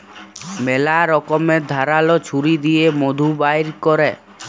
ম্যালা রকমের ধারাল ছুরি দিঁয়ে মধু বাইর ক্যরে